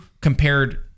compared